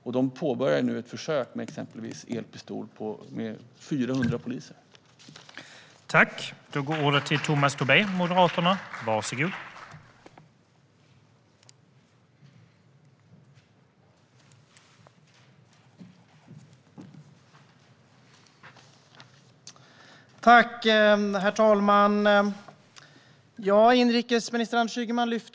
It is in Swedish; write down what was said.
Och de påbörjar nu ett försök med exempelvis elpistol, där 400 poliser deltar.